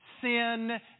sin